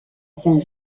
saint